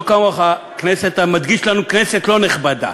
לא כמוך, אתה מדגיש לנו: כנסת לא נכבדה.